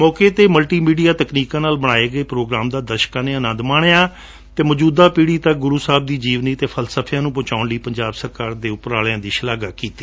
ਮੌਕੇ ਤੇ multimedia ਤਕਨੀਕਾਂ ਨਾਲ ਬਣਾਏ ਗਏ ਪ੍ਰੋਗਰਾਮ ਦਾ ਦਰਸ਼ਕਾਂ ਨੇ ਆਨੰਦ ਮਾਣਿਆ ਅਤੇ ਮੌਜੁਦਾ ਪੀੜੀ ਤੱਕ ਗੁਰੁ ਸਾਹਿਬ ਦੀ ਜੀਵਨੀ ਅਤੇ ਫਲਸਫਿਆਂ ਨੂੰ ਪਹੂੰਚਾਊਣ ਲਈ ਪੰਜਾਬ ਸਰਕਾਰ ਦੇ ਜਤਨਾਂ ਦੀ ਸ਼ਲਾਘਾ ਕੀਤੀ